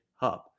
Hub